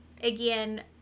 again